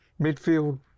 midfield